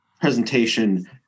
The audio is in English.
presentation